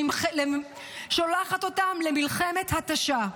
שולחת אותם למלחמת התשה.